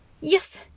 yes